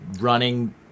running